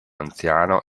anziano